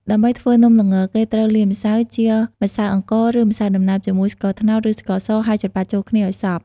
ដើម្បីធ្វើនំល្ង គេត្រូវលាយម្សៅ ជាម្សៅអង្ករ ឬម្សៅដំណើប ជាមួយស្ករត្នោត ឬស្ករស ហើយច្របាច់ចូលគ្នាឲ្យសព្វ។